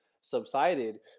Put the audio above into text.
subsided